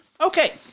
Okay